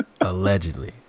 Allegedly